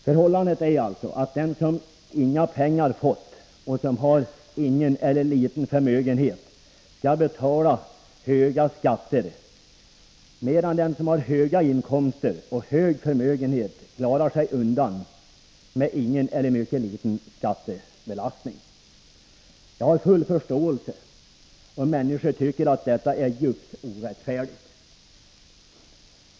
Förhållandet är alltså att den som inga pengar fått och som har ingen eller liten förmögenhet skall betala höga skatter, medan den som har både höga inkomster och stor förmögenhet klarar sig undan med ingen eller mycket liten skattebelastning. Jag har full förståelse för om människor tycker att detta är djupt orättfärdigt.